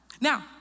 Now